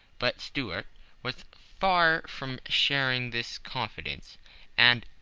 but stuart was far from sharing this confidence and,